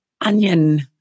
onion